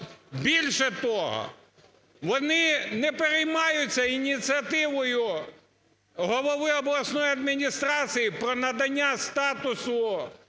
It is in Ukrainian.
Більше того, вони не переймаються ініціативою голови обласної адміністрації про надання статусу